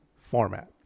format